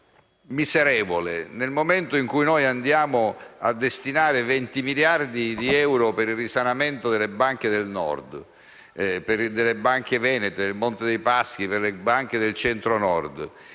Dal momento che andiamo a destinare 20 miliardi di euro per il risanamento delle banche del Nord, delle banche venete, del Monte dei Paschi, delle banche del Centro-Nord